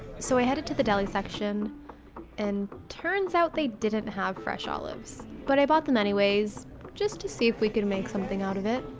so i headed to the deli section and turns out they didn't have fresh olives, but i bought them anyways just to see if we could make something out of it.